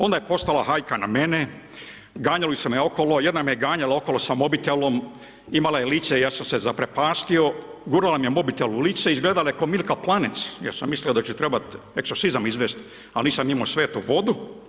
Onda je postala hajka na mene, ganjali su me okolo, jedna me ganjala okolo sa mobitelom, imala je lice, ja sam se zaprepastio, gurala mi je mobitel u lice, izgledala je kao Milka Planec, ja sam mislio da ću trebali egzorcizam izvesti, ali nisam imao svetu vodu.